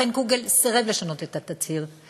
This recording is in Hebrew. חן קוגל סירב לשנות את התצהיר,